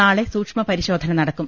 നാളെ സൂക്ഷ്മ പരിശോധന നടക്കും